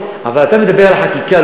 אבל אתה מדבר על חקיקה,